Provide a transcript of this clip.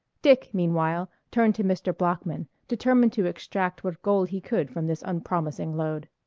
dick, meanwhile, turned to mr. bloeckman, determined to extract what gold he could from this unpromising load.